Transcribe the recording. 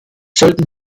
sollen